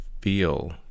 feel